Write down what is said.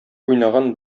уйнаган